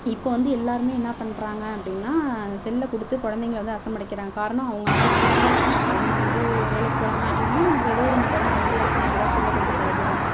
இப்போ வந்து எல்லாேருமே என்ன பண்ணுறாங்க அப்படின்னா செல்லை கொடுத்து குழந்தைங்கள வந்து அடம் பிடிக்கிறாங்க காரணம் அவங்க ஆஃபிஸ் போகிறாங்க அவங்க வந்து வேலைக்கு போகிறாங்க அப்படின்னா நமக்கு ஏதோ ஒரு இந்த குழந்த அமைதியாக இருக்கணுங்கிறதுக்காக செல்லை கொடுத்து பழக்கிறோம்